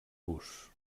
vos